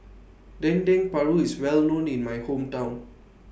Dendeng Paru IS Well known in My Hometown